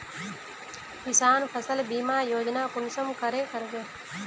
किसान फसल बीमा योजना कुंसम करे करबे?